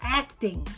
acting